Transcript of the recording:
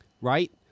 Right